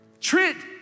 Trent